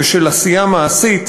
ושל עשייה ממשית